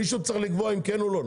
מישהו צריך לקבוע אם כן או לא.